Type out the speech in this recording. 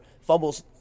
fumbles